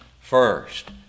first